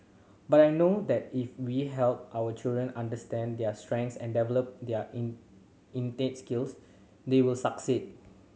but I know that if we help our children understand their strengths and develop their in skills they will succeed